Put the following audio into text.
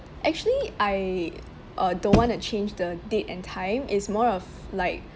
actually I uh don't want to change the date and time is more of like